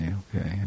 okay